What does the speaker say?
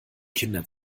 kinder